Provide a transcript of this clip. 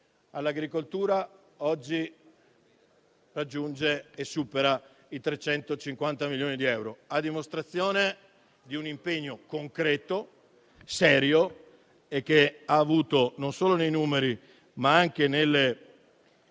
all'agricoltura oggi raggiunge e supera i 350 milioni di euro, a dimostrazione di un impegno concreto e serio, che ha avuto non solo nei numeri, ma anche nelle